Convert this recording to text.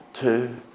two